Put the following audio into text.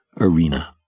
arena